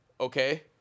okay